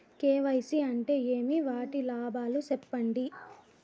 KYC అంటే ఏమి? వాటి లాభాలు సెప్పండి?